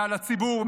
מעל הציבור,